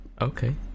Okay